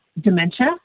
dementia